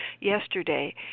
yesterday